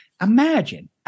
Imagine –